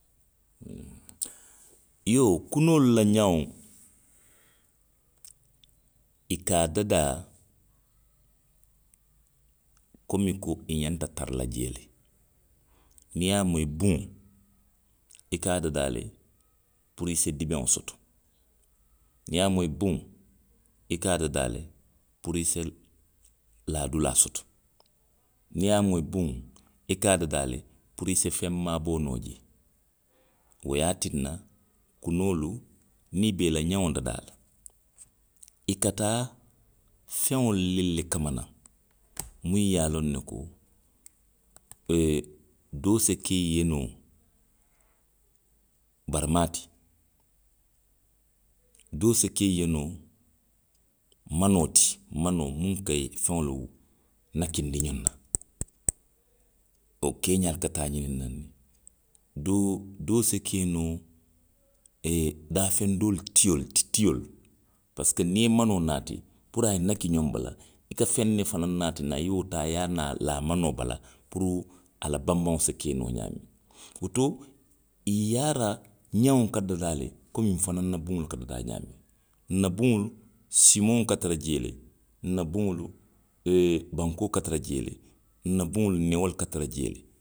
Iyoo, kunoolu la la ňeŋo. i ka a dadaa. komi ko i ňanta tara la jee le. Niŋ i ye a moyi buŋo. i ka a dadaa le. puru i se dibeŋo soto. Niŋ i ye a moyi buŋo. i ka a dadaa le puru i se laa dulaa soto. Niŋ i ye a moyi buŋŋo. i ka a dadaa le puru i se feŋ maaboo noo jee. Wo ye a tinna. kunoolu, niŋ i be i la ňeŋo dadaa la. i ka taa feŋolu le le kama naŋ, muŋ ye a loŋ ne ko, oo doo se ke i ye noo, baramaa ti, doo se ke i ye noo manoo ti, manoo, muŋ ka i, feŋolu nakkindi ňoŋ na, wo keeňaa le ka taa ňiniŋ naŋ ne. doo, doo se ke noo, daafeŋ doolu tiolu ti, tiolu, parisiko niŋ i ye manoo naati. puru a ye nakki ňoŋ bala, i ka feŋ ne fanaŋ naati naŋ, i ye wo taa, i ye a niŋ a laa manoo bala puru a la banbaŋo se ke noo ňaamiŋ. Woto. yaara ňeŋo ka dadaa le komiŋ nfanaŋ na buŋolu ka dadaa ňaamiŋ. Nna buŋolu, simoŋo ka tara jee le. nna buŋolu. neolu ka tara jee le